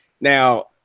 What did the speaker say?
Now